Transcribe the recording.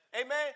Amen